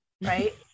right